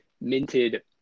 minted